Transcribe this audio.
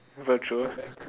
virtual